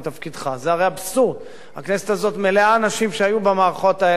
הכנסת הזאת מלאה אנשים שהיו במערכות האלה ופתאום להם מותר לדבר,